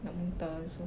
nak muntah